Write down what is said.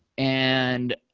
and